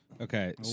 Okay